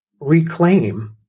reclaim